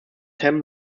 ten